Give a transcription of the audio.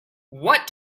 what